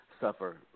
suffer